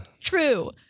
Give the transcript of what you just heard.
true